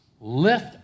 Lift